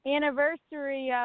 Anniversary